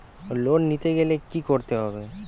Loan নিতে গেলে কি করতে হবে?